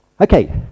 Okay